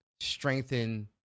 strengthen